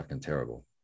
terrible